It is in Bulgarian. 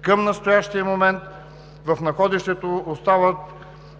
Към настоящия момент в находището остават